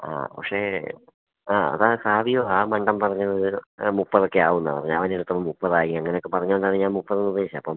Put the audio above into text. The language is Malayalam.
ആ പക്ഷേ ആ അത് ആ സാവിയോ ആ മണ്ടൻ പറഞ്ഞത് മുപ്പതൊക്കെ ആവുമെന്നാണ് പറഞ്ഞത് അവനെടുത്തത് മുപ്പതായി അങ്ങനെയൊക്കെ പറഞ്ഞതുകൊണ്ടാണ് ഞാൻ മുപ്പത് പ്രതീക്ഷിച്ചു അപ്പം